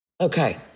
Okay